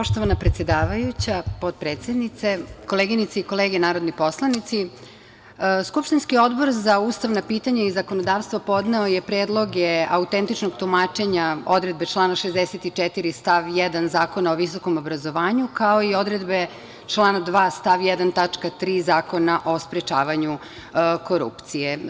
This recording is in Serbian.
Poštovana predsedavajuća, potpredsednice, koleginice i kolege narodni poslanici, skupštinski Odbor za ustavna pitanja i zakonodavstvo podneo je predlog autentičnog tumačenja odredbe člana 64. stav 1. Zakona o visokom obrazovanju, kao i odredbe člana 2. stav 1. tačka 3) Zakona o sprečavanju korupcije.